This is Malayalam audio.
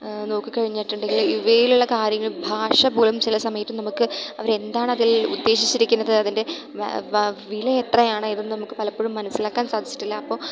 നോക്കി കഴിഞ്ഞിട്ടുണ്ടെങ്കിൾ ഇവയിലുള്ള കാര്യങ്ങളും ഭാഷപോലും ചില സമയത്ത് നമുക്ക് അവരെന്താണതിൽ ഉദ്ദേശിച്ചിരിക്കുന്നത് അതിൻ്റെ വിലയെത്രയാണ് ഇതും നമുക്ക് പലപ്പോഴും മനസ്സിലാക്കാൻ സാധിച്ചിട്ടില്ല അപ്പോൾ